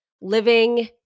living